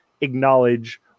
acknowledge